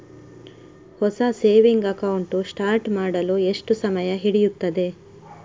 ಹೊಸ saving account start ಮಾಡಲು ಎಷ್ಟು ಸಮಯ ಹಿಡಿಯುತ್ತದೆ?